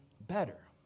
better